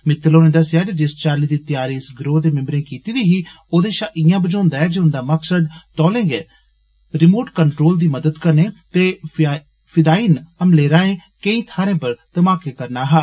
मित्तल होरें दस्सेआ जे जिस चाल्ली दी तैयारी इस गिरोह दे मिम्बरें कीती दी ही ओदे षा इंया बझोंदा ऐ जे उन्दा मकसद तौले गै रिमोट कन्ट्रोल दी मदद कन्ने ते फिदायिन हमलें राएं केंई थाहरें पर धमाके करना हा